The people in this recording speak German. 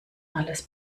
alles